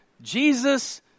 Jesus